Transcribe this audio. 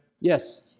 Yes